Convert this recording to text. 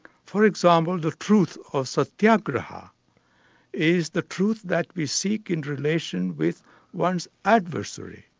for example, the truth of satyagraha is the truth that we seek in relation with one's adversary.